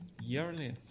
yearly